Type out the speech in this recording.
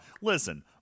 listen